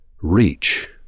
Reach